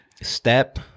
step